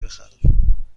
بخرم